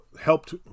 helped